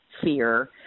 fear